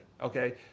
okay